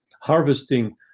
harvesting